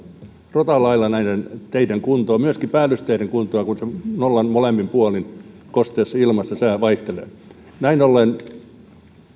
rotan lailla teiden kuntoa myöskin päällysteiden kuntoa kun nollan molemmin puolin kosteassa ilmassa sää vaihtelee näin ollen